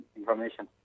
information